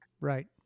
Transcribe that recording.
Right